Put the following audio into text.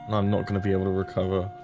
um not gonna be able to recover